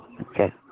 okay